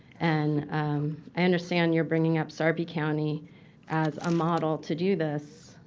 and i understand you're bringing up sarpy county as a model to do this.